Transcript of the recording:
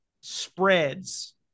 spreads